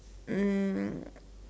um